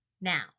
now